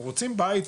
אנחנו רוצים בית,